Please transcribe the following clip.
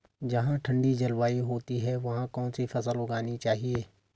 जहाँ ठंडी जलवायु होती है वहाँ कौन सी फसल उगानी चाहिये?